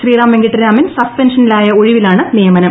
ശ്രീറാം വെങ്കിട്ടരാമൻ സസ്പെൻഷനിലായ ഒഴിവിലാണ് നിയമനം